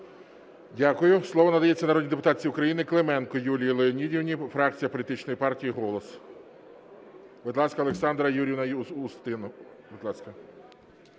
Дякую. Слово надається народній депутатці України Клименко Юлії Леонідівні, фракція політичної партії "Голос". Будь ласка, Олександра Юріївна Устінова.